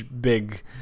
big